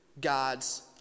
God's